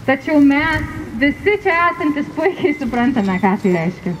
tačiau mes visi čia esantys puikiai suprantame ką tai reiškia